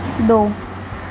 دو